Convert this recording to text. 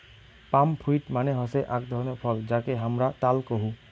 পাম fruit মানে হসে আক ধরণের ফল যাকে হামরা তাল কোহু